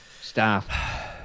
staff